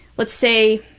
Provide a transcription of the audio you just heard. let's say,